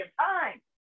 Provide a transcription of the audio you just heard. time